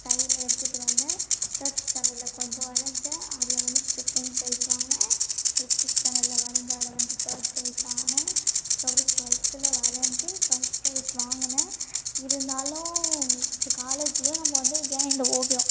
சைட்ல எடுத்துட்டு வந்தேன் தேர்ட் ஸ்டாண்டர்ல கொஞ்சம் வரைஞ்சேன் அதில் வந்து செகேண்ட் ப்ரைஸ் வாங்கினேன் ஃப்ஃப்த்து ஸ்டாண்டர்ல வரைஞ்சி அதில் வந்து தேர்ட் ப்ரைஸ் வாங்கினேன் அதுக்கப்புறம் டுவெல்த்தில் வரைந்து ஃபஸ்ட் ப்ரைஸ் வாங்கினேன் இருந்தாலும் ச்சி காலேஜ்லேயும் நம்ம வந்து ஏன் இந்த ஓவியம்